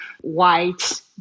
white